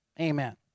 Amen